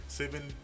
seven